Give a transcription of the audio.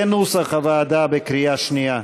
כנוסח הוועדה, בקריאה שנייה.